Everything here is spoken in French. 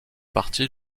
partie